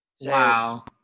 Wow